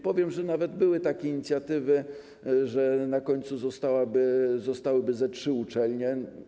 Powiem, że nawet były takie inicjatywy, że na końcu zostałyby ze trzy uczelnie.